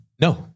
No